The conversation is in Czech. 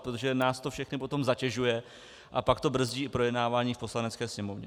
Protože nás to všechny potom zatěžuje a pak to brzdí i projednávání v Poslanecké sněmovně.